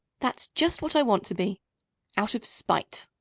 that's just what i want to be out of spite.